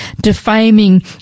defaming